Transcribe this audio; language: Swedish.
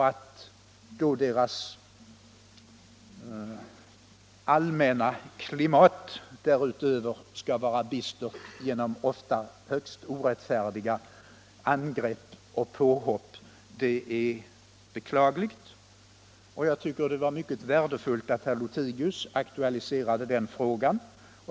Att deras ”allmänna klimat” därutöver skall vara bistert på grund av ofta högst orättfärdiga angrepp och påhopp är beklagligt, och jag tycker att det var mycket värdefullt att herr Lothigius aktualiserade frågan.